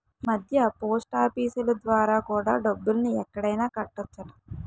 ఈమధ్య పోస్టాఫీసులు ద్వారా కూడా డబ్బుల్ని ఎక్కడైనా కట్టొచ్చట